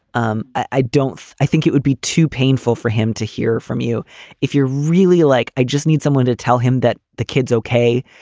um i don't. i think it would be too painful for him to hear from you if you're really like. i just need someone to tell him that the kid's okay.